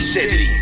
City